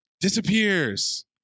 disappears